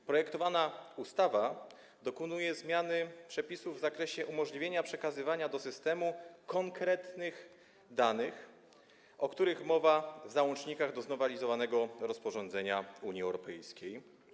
W projektowanej ustawie dokonuje się zmiany przepisów w zakresie umożliwienia przekazywania do systemu konkretnych danych, o których mowa w załącznikach do znowelizowanego rozporządzenia Unii Europejskiej.